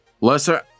Lesser